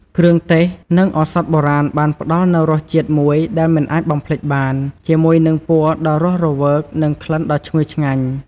គ្រឿងទេស និងឱសថបុរាណបានផ្តល់នូវរសជាតិមួយដែលមិនអាចបំភ្លេចបាន ជាមួយនឹងពណ៌ដ៏រស់រវើក និងក្លិនដ៏ឈ្ងុយឆ្ងាញ់។